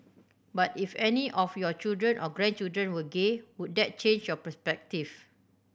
but if any of your children or grandchildren were gay would that change your perspective